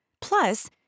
Plus